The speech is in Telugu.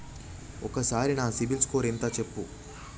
ఒక్కసారి నా సిబిల్ స్కోర్ ఎంత చెప్పు?